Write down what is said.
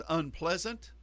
unpleasant